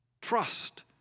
Trust